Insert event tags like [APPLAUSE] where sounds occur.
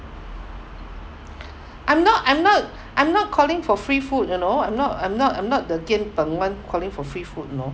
[BREATH] I'm not I'm not [BREATH] I'm not calling for free food you know I'm not I'm not I'm not the gian peng calling for free food you know